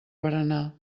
berenar